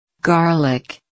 Garlic